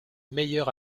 meilleur